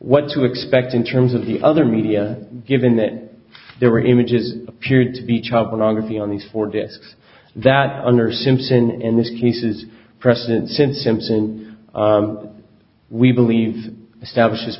what to expect in terms of the other media given that there were images appeared to be child pornography on these four day that under simpson in this case is a precedent since simpson we believe establishes